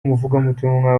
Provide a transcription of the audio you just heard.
umuvugabutumwa